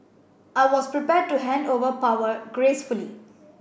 I was prepared to hand over power gracefully